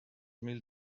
mil